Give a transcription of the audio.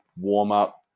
warm-up